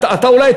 אתה אולי,